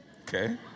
Okay